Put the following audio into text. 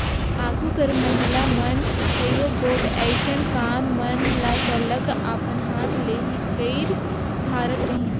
आघु कर महिला मन कइयो गोट अइसन काम मन ल सरलग अपन हाथ ले ही कइर धारत रहिन